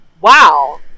wow